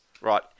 right